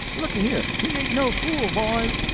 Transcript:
looky here he ain't no fool, boys.